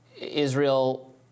Israel